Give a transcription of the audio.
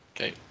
Okay